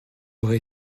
aurais